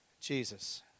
Jesus